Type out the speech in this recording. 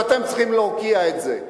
ואתם צריכים להוקיע את זה.